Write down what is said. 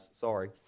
sorry